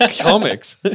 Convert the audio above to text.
comics